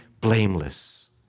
blameless